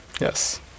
Yes